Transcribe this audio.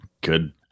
Good